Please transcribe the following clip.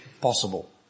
possible